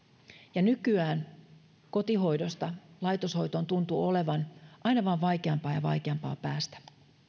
ja nykyään kotihoidosta laitoshoitoon tuntuu olevan aina vain vaikeampaa ja vaikeampaa päästä